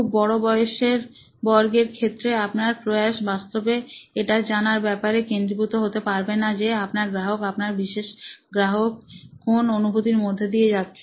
খুব বড় বয়সের বর্গের ক্ষেত্রে আপনার প্রয়াস বাস্তবে এটা জানার ব্যাপারে কেন্দ্রীভূত হতে পারবে না যে আপনার গ্রাহক আপনার বিশেষ গ্রাহক কোন অনুভূতির মধ্যে দিয়ে যাচ্ছে